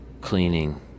cleaning